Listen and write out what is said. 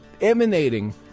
emanating